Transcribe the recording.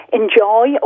enjoy